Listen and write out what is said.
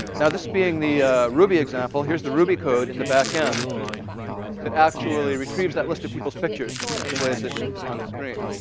now, this being the ruby example, here's the ruby code in the back-end that actually retrieves that list of people's pictures and and displays it on the screen.